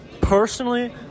Personally